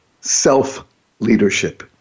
self-leadership